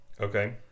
Okay